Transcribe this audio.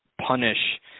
punish